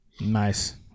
Nice